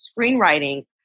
screenwriting